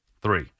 Three